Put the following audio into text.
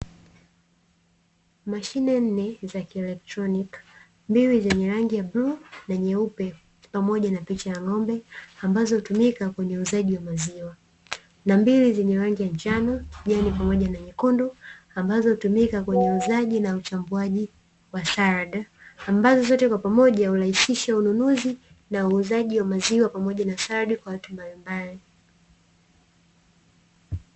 Mashine nne za kielektroniki; mbili zenye rangi ya bluu na nyeupe pamoja na picha ya ng'ombe ambazo hutumika kwenye uuzaji wa maziwa, na mbili zenye rangi ya njano, kijani pamoja na nyekundu ambazo hutumika kwenye uuzaji na uchambuaji wa saladi, ambazo zote kwa pamoja hurahisisha ununuzi na uuzaji wa maziwa pamoja na saladi kwa watu mbalimbali.